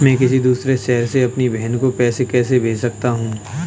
मैं किसी दूसरे शहर से अपनी बहन को पैसे कैसे भेज सकता हूँ?